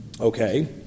Okay